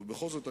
אבל בכל זאת,